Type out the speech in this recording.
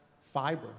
fiber